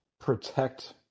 protect